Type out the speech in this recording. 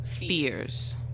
fears